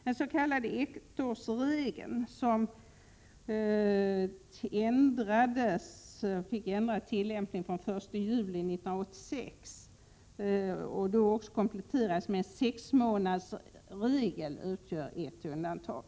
Den s.k. ettårsregeln, som fick ändrad tillämpning från den 1 juli 1986 och kompletterades med en sexmånadersregel, utgör undantag.